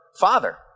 father